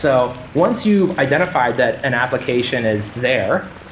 so once you've identified that an application is there,